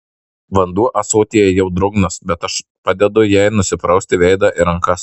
vanduo ąsotyje jau drungnas bet aš padedu jai nusiprausti veidą ir rankas